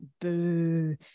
Boo